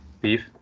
beef